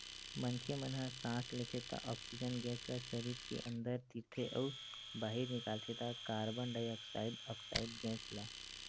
मनखे मन ह सांस लेथे त ऑक्सीजन गेस ल सरीर के अंदर तीरथे अउ बाहिर निकालथे त कारबन डाईऑक्साइड ऑक्साइड गेस ल